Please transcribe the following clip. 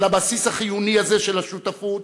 על הבסיס החיוני הזה, של השותפות,